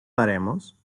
daremos